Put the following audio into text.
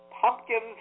pumpkins